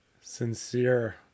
Sincere